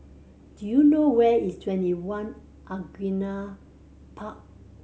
do you know where is TwentyOne Angullia Park